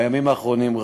רק בימים האחרונים,